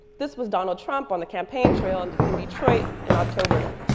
this was donald trump on the campaign trail and in detroit in october.